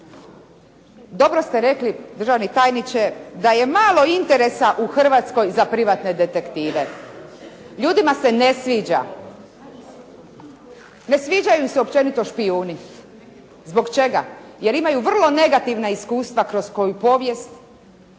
Dobro ste rekli državni tajniče da je malo interesa u Hrvatskoj za privatne detektive. Ljudima se ne sviđa, ne sviđaju im se općenito špijuni. Zbog čega? Jer imaju vrlo negativna iskustva kroz koju povijest,